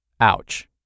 Ouch